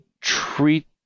treat